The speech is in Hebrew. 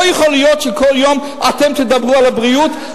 לא יכול להיות שכל יום אתם תדברו על הבריאות,